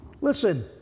Listen